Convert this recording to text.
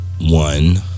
one